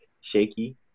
shaky